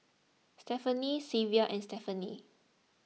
Stephenie Xavier and Stephenie